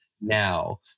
now